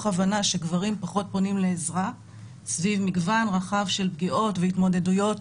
הבנה שגברים פחות פונים לעזרה סביב מגוון רחב של פגיעות והתמודדויות